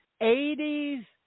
80s